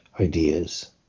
ideas